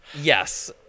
yes